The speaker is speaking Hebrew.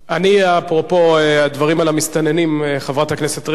אני, אפרופו הדברים על המסתננים, חברת הכנסת רגב: